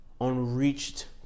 Unreached